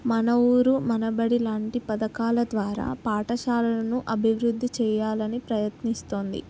మన ఊరు మన బడి లాంటి పథకాల ద్వారా పాఠశాలను అభివృద్ధి చెయాలని ప్రయత్నిస్తుంది